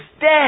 dead